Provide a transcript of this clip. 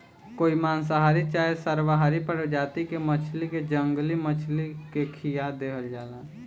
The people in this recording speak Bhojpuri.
कोई मांसाहारी चाहे सर्वाहारी प्रजाति के मछली के जंगली मछली के खीया देहल जाला